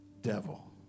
devil